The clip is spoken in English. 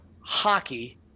hockey